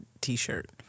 t-shirt